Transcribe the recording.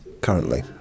currently